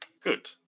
Good